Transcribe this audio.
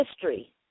history